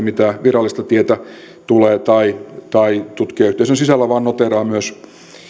mitä virallista tietä tulee tai tai käydään tutkijayhteisön sisällä vaan noteeraa myös